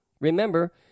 Remember